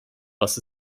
was